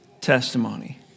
testimony